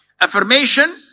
Affirmation